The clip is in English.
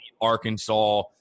Arkansas –